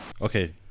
Okay